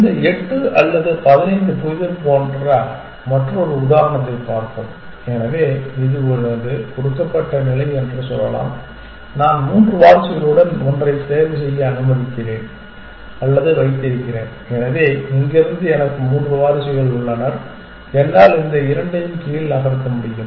இந்த எட்டு அல்லது பதினைந்து புதிர் என்ற மற்றொரு உதாரணத்தைப் பார்ப்போம் எனவே இது எனது கொடுக்கப்பட்ட நிலை என்று சொல்லலாம் நான் மூன்று வாரிசுகளுடன் ஒன்றைத் தேர்வுசெய்ய அனுமதிக்கிறேன் அல்லது வைத்திருக்கிறேன் எனவே இங்கிருந்து எனக்கு மூன்று வாரிசுகள் உள்ளனர் என்னால் இந்த இரண்டையும் கீழ் நகர்த்த முடியும்